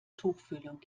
tuchfühlung